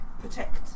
protect